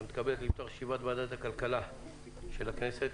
אני מתכבד לפתוח את ישיבת ועדת הכלכלה של הכנסת.